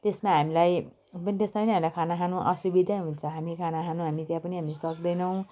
त्यस्मा हामीलाई त्यस्मा पनि हामीलाई खाना खानु असुविधै हुन्छ हामी खाना खान हामी त्यहाँ पनि हामी सक्दैनौँ